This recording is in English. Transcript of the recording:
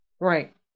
Right